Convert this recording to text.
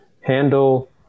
handle